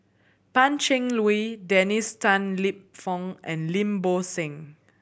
Pan Cheng Lui Dennis Tan Lip Fong and Lim Bo Seng